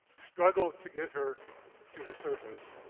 struggled to get her to the surface.